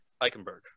Eichenberg